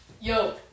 Yo